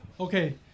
Okay